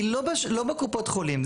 היא לא בקופות החולים.